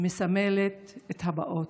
היום מסמלת את הבאות,